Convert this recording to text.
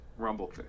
Rumblefish